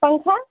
कौन सा